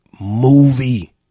movie